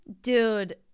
dude